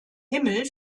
himmel